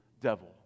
devil